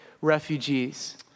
refugees